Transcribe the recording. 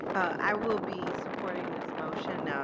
i will be supporting this motion.